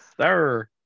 Sir